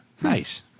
Nice